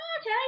okay